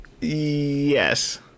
Yes